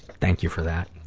thank you for that.